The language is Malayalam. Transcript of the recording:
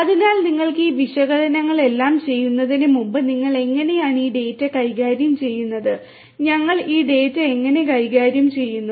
അതിനാൽ നിങ്ങൾക്ക് ഈ വിശകലനങ്ങളെല്ലാം ചെയ്യുന്നതിന് മുമ്പ് നിങ്ങൾ എങ്ങനെയാണ് ഈ ഡാറ്റ കൈകാര്യം ചെയ്യുന്നത് ഞങ്ങൾ ഈ ഡാറ്റ എങ്ങനെ കൈകാര്യം ചെയ്യുന്നു